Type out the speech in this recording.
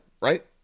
right